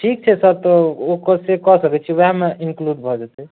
ठीक छै सर तऽ ओ सबसे कऽ सकैत छी ओएहमे इंक्लूड भऽ जेतै